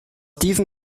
diesen